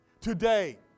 Today